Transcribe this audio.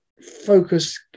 focus